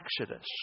exodus